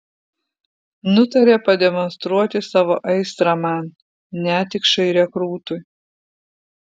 nutarė pademonstruoti savo aistrą man netikšai rekrūtui